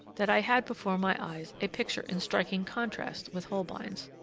that i had before my eyes a picture in striking contrast with holbein's,